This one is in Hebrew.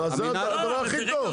זה הדבר הכי טוב.